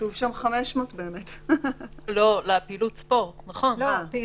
כתוב שם 500. לפעילות ספורט זה 500,